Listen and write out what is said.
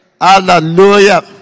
Hallelujah